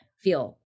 feel